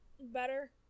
better